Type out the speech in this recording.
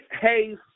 Hayes